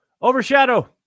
Overshadow